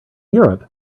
europe